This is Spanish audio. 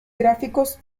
gráficos